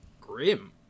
grim